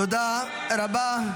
תודה רבה.